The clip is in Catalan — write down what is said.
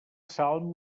salm